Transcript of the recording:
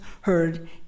heard